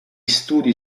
studi